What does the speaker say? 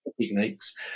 techniques